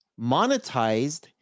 monetized